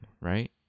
right